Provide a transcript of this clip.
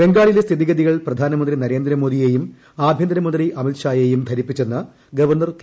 ബംഗാളിലെ സ്ഥിതിഗതികൾ പ്രധാനമന്ത്രി നരേന്ദ്ര മോദിയെയും ആഭ്യന്തരമന്ത്രി അമിത് ഷായെയും ധരിപ്പിച്ചെന്ന് ഗവർണർ കേസരി നാഥ് ത്രിപാഠി